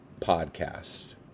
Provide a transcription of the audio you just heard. podcast